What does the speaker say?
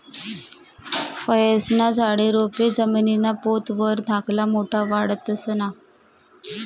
फयेस्ना झाडे, रोपे जमीनना पोत वर धाकला मोठा वाढतंस ना?